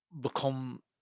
become